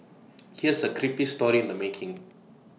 here's A creepy story in the making